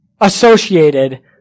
associated